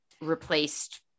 replaced